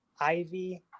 Ivy